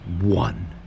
One